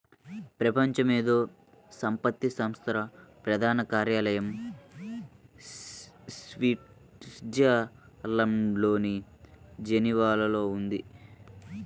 ప్రపంచ మేధో సంపత్తి సంస్థ ప్రధాన కార్యాలయం స్విట్జర్లాండ్లోని జెనీవాలో ఉంది